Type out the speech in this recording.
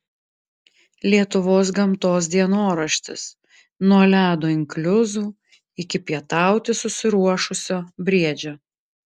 lietuvos gamtos dienoraštis nuo ledo inkliuzų iki pietauti susiruošusio briedžio